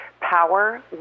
power